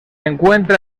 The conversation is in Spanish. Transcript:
encuentra